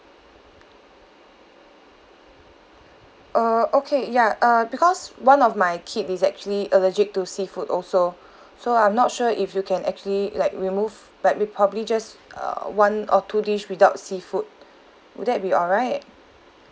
err okay ya uh because one of my kid is actually allergic to seafood also so I'm not sure if you can actually like remove like probably just uh one or two dish without seafood would that be alright